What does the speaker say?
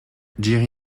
jiří